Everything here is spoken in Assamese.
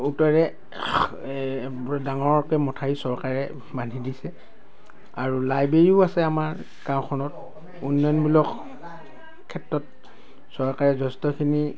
উত্তৰে ডাঙৰকৈ মঠাউৰি চৰকাৰে বান্ধি দিছে আৰু লাইব্ৰেৰীও আছে আমাৰ গাঁওখনত উন্নয়নমূলক ক্ষেত্ৰত চৰকাৰে যথেষ্টখিনি